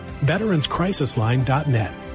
VeteransCrisisLine.net